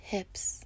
Hips